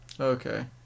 okay